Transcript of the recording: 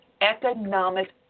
economic